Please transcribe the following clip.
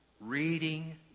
Reading